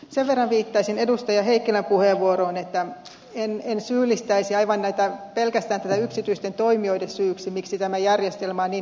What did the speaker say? sen verran viittaisin edustaja heikkilän puheenvuoroon että en syyllistäisi aivan pelkästään yksityisten toimijoiden syyksi miksi tämä järjestelmä on niin eriytynyt